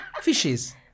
Fishes